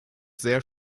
sehr